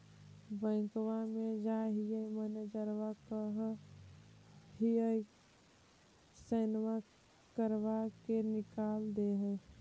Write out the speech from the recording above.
बैंकवा मे जाहिऐ मैनेजरवा कहहिऐ सैनवो करवा के निकाल देहै?